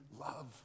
love